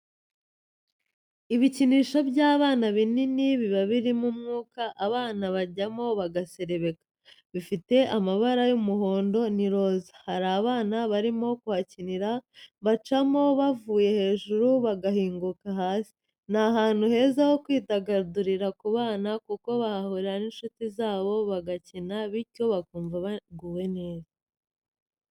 Ibikinisho by'abana binini biba birimo umwuka abana bajyamo bagaserebeka, bifite amabara y'umuhondo n'iroza, hari abana barimo bahakinira, bacamo bavuye hejuru bagahinguka hasi, ni ahantu heza ho kwidagadurira ku bana kuko bahahurira n'inshuti zabo bagakina bityo bakumva baguwe neza.